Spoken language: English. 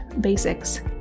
Basics